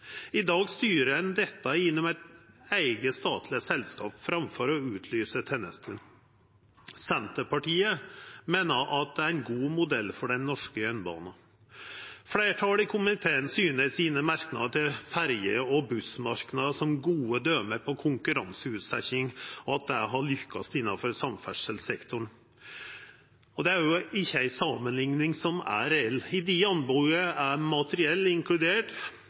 I dag styrer ein dette gjennom eit eige statleg selskap framfor å utlysa tenestene. Senterpartiet meiner at det er ein god modell for den norske jernbana. Fleirtalet i komiteen syner i merknadene sine til ferje- og bussmarknad som gode døme på konkurranseutsetjing, og at det har lykkast innanfor samferdselssektoren. Det er ikkje ei samanlikning som er reell. I dei anboda er materiell inkludert,